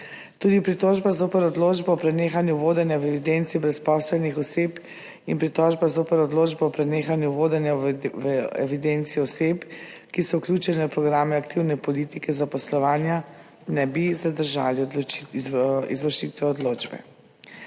Tudi pritožba zoper odločbo o prenehanju vodenja v evidenci brezposelnih oseb in pritožba zoper odločbo o prenehanju vodenja v evidenci oseb, ki so vključene v programe aktivne politike zaposlovanja, ne bi zadržali izvršitve odločbe.